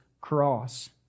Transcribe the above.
cross